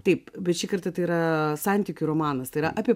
taip bet šįkart tai yra santykių romanas tai yra apie